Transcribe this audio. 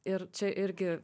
ir čia irgi